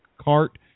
cart